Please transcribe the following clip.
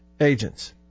agents